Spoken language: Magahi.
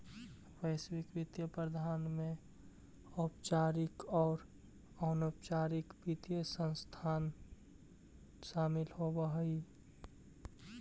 वैश्विक वित्तीय प्रबंधन में औपचारिक आउ अनौपचारिक वित्तीय संस्थान शामिल होवऽ हई